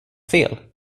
fel